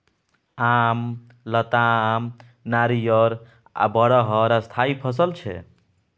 आम, लताम, नारियर आ बरहर स्थायी फसल छै